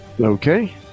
Okay